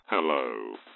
Hello